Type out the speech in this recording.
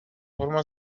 forma